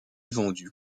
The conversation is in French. vendu